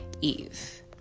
eve